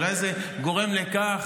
אולי זה גורם לכך